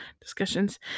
discussions